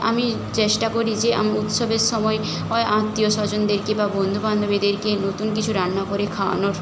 আমি চেষ্টা করি যে উৎসবের সময় অয় আত্মীয় স্বজনদেরকে বা বন্ধু বান্ধবীদেরকে নতুন কিছু রান্না করে খাওয়ানোর